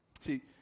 See